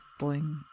boing